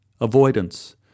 Avoidance